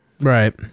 Right